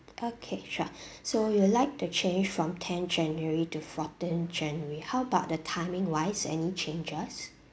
okay sure so you would like to change from tenth january to fourteenth january how about the timing wise any changes